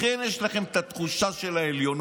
לכן יש לכם את התחושה של העליונות.